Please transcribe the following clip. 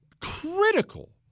critical